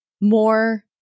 more